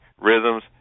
Rhythms